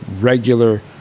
regular